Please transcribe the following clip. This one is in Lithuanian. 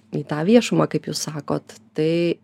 į tą viešumą kaip jūs sakot tai